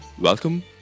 Welcome